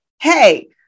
hey